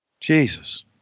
Jesus